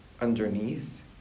underneath